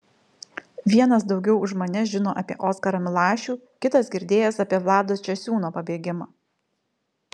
vienas daugiau už mane žino apie oskarą milašių kitas girdėjęs apie vlado česiūno pabėgimą